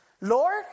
Lord